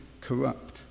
corrupt